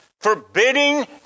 forbidding